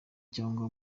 cyangwa